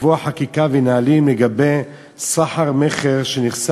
לקבוע חקיקה ונהלים לגבי סחר-מכר בנכסי